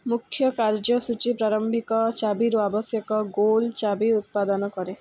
ମୁଖ୍ୟ କାର୍ଯ୍ୟସୂଚୀ ପ୍ରାରମ୍ଭିକ ଚାବିରୁ ଆବଶ୍ୟକ ଗୋଲ୍ ଚାବି ଉତ୍ପାଦନ କରେ